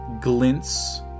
glints